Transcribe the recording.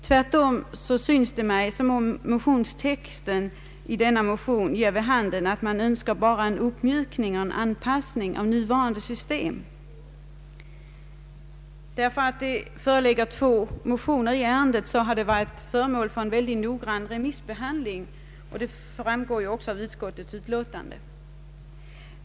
Tvärtom synes det mig som om motionstexten i denna motion ger vid handen att man bara önskar en uppmjukning och en anpassning av det nuvarande systemet. De två motionerna till årets riksdag har varit föremål för en ovanligt noggrann remissbehandling, vilket också framgår av utskottets utlåtande.